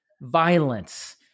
violence